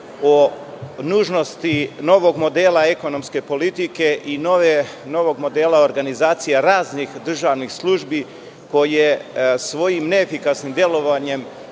o nužnosti novog modela ekonomske politike i novog modela organizacija raznih državnih službi, koje svojim neefikasnim delovanjem